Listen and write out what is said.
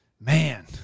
man